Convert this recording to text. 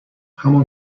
همان